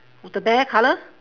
the bear colour